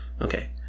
Okay